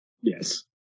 Yes